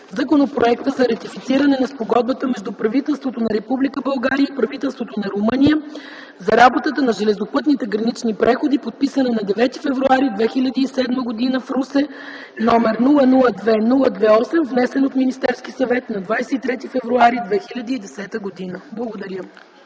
Законопроект за ратифициране на Спогодбата между правителството на Република България и правителството на Румъния за работата на железопътните гранични преходи, подписана на 9 февруари 2007 г. в Русе, № 002-02-8, внесен от Министерския съвет на 23 февруари 2010 г.” Благодаря.